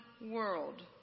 world